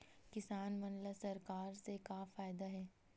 किसान मन ला सरकार से का फ़ायदा हे?